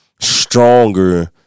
stronger